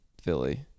Philly